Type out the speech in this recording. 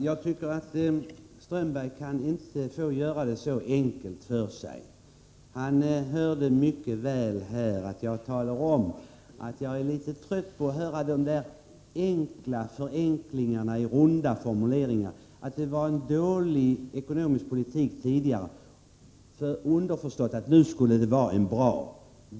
Fru talman! Håkan Strömberg får inte göra det så enkelt för sig. Han uppfattade mycket väl att jag talade om att jag är trött på att höra de där förenklingarna i svepande formuleringar om att det var en dålig ekonomisk politik tidigare — underförstått att den nu skulle vara bra.